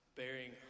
bearing